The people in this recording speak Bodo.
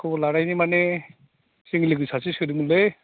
खबर लानायनि मानि जोंनि लोगो सासे सोदोंमोनलै